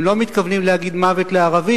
הם לא מתכוונים להגיד "מוות לערבים",